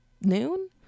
Noon